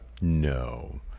No